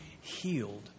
healed